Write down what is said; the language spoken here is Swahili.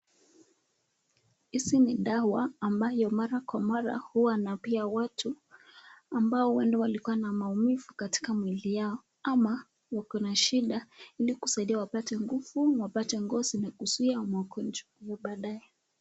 Hizi ni dawa ambayo mara kwa mara huwa anapea watu ambao ueda walikuwa na maumivu katika miili yao ama wakona shida ili kusaidia wapata nguvu, wapate ngozi na kuzuia magonjwa ya baadaye.